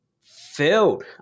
filled